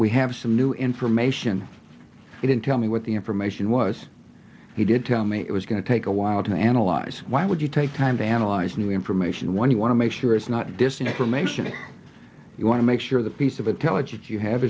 we have some new information he didn't tell me what the information was he did tell me it was going to take a while to analyze why would you take time to analyze new information when you want to make sure it's not dissin information if you want to make sure the piece of intelligence you have